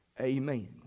Amen